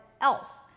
else